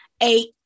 eight